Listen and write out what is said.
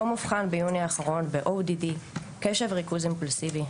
תום אובחן ביוני האחרון ב-ODD קשב וריכוז אימפולסיבי,